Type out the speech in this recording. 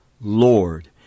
Lord